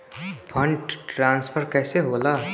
Fund transfer कैसे होला?